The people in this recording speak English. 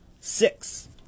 Six